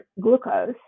glucose